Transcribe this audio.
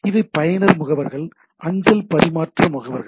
இவை பயனர் முகவர்கள் அஞ்சல் பரிமாற்ற முகவர்கள்